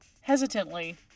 Hesitantly